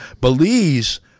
Belize